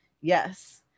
Yes